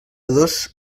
dos